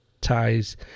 ties